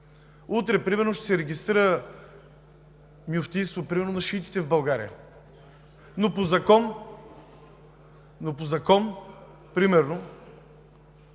Утре примерно ще се регистрира мюфтийство на шиитите в България, но по закон ние